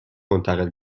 منتقل